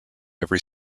every